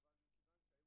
מעכשיו אפשר להתחיל